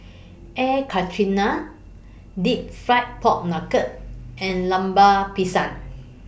Air Karthira Deep Fried Pork Knuckle and Lemper Pisang